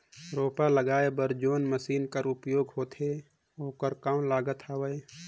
रोपा लगाय बर जोन मशीन कर उपयोग होथे ओकर कौन लागत हवय?